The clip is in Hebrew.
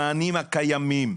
המענים הקיימים,